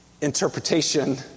interpretation